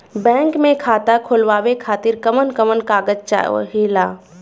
Bank मे खाता खोलवावे खातिर कवन कवन कागज चाहेला?